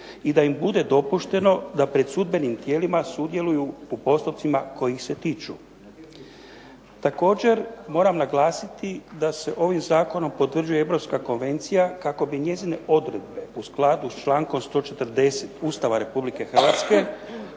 i da im bude dopušteno da pred sudbenim tijelima sudjeluju u postupcima koji ih se tiču. Također moram naglasiti da se ovim zakonom potvrđuje Europska konvencija kako bi njezine odredbe u skladu s člankom 140. Ustava Republike Hrvatske